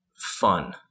fun